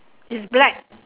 is black